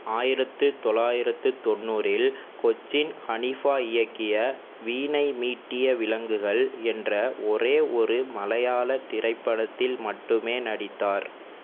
ஆயிரத்து தொள்ளாயிரத்து தொண்ணூறில் கொச்சின் ஹனீபா இயக்கிய வீணை மீட்டிய விலங்குகள் என்ற ஒரே ஒரு மலையாள திரைப்படத்தில் மட்டுமே நடித்தார்